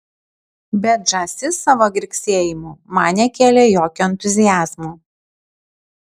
bet žąsis savo girgsėjimu man nekėlė jokio entuziazmo